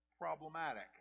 problematic